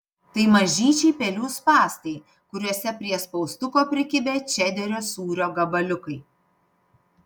tai mažyčiai pelių spąstai kuriuose prie spaustuko prikibę čederio sūrio gabaliukai